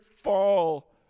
fall